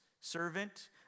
servant